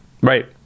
right